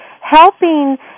helping